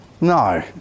No